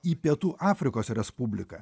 į pietų afrikos respubliką